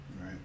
Right